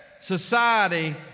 society